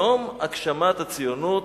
יום הגשמת הציונות.